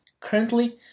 Currently